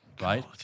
right